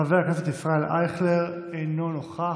חבר הכנסת ישראל אייכלר, אינו נוכח.